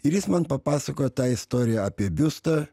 ir jis man papasakojo tą istoriją apie biustą